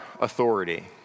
authority